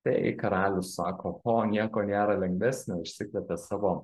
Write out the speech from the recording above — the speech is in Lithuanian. tai karalius sako o nieko nėra lengvesnio išsikvietė savo